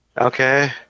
Okay